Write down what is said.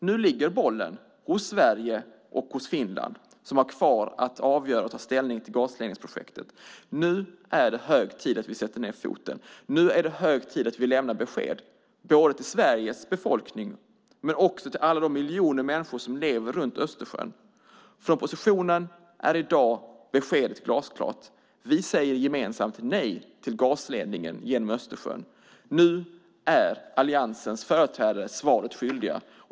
Nu ligger bollen hos Sverige och Finland som har kvar att ta ställning till gasledningsprojektet. Nu är det hög tid för oss att sätta ned foten. Nu är det hög tid för oss att lämna besked både till Sveriges befolkning och till alla de miljoner människor som lever runt Östersjön. Från oppositionen är beskedet i dag glasklart. Gemensamt säger vi nej till gasledningen genom Östersjön. Nu är alliansens företrädare svaret skyldiga.